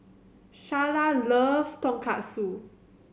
Sharla loves Tonkatsu